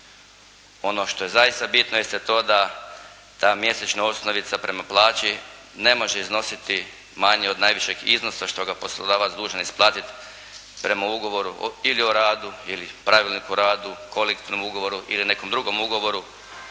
Ono što je zaista bitno jeste to da ta mjesečna osnovica prema plaći ne može iznositi manje od najvišeg iznosa što ga je poslodavac dužan isplatiti prema ugovoru ili o radu ili Pravilniku o radu, kolektivnom ugovoru ili nekom drugom ugovoru